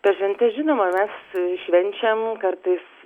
per šventes žinoma mes švenčiam kartais